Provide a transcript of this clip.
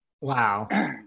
Wow